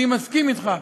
אני מסכים אתך,